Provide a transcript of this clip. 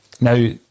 now